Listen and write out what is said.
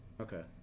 Okay